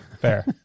Fair